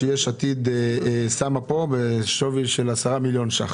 שיש עתיד שמה כאן בשווי של 10 מיליון שקלים.